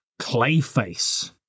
Clayface